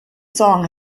song